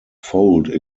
fold